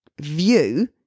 view